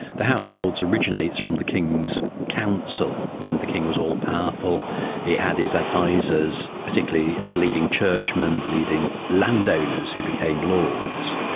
the house of lords originates from the king's council, when the king was all-powerful he had his advisers, particularly the leading churchmen, the leading landowners who became lords.